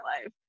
life